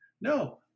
No